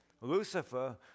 Lucifer